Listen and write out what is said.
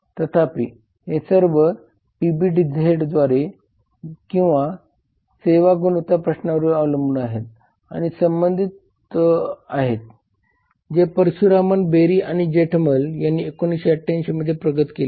तथापि हे सर्व पीबीझेडद्वारे सेवा गुणवत्ता प्रश्नावलीवर अवलंबून आहेत किंवा संबंधित आहेत जे परशुरामन बेरी आणि जेठमल यांनी 1988 मध्ये प्रगत केले आहेत